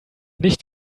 nicht